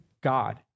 God